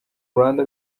rwanda